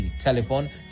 telephone